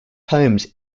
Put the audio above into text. homes